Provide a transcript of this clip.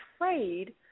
afraid